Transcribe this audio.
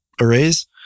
arrays